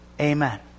Amen